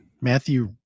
Matthew